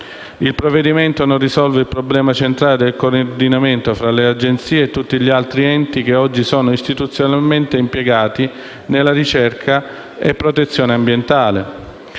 Il provvedimento non risolve il problema centrale del coordinamento tra le Agenzie e tutti gli altri enti che oggi sono istituzionalmente impiegati nella ricerca e nella protezione ambientale.